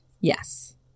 Yes